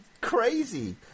crazy